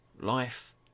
life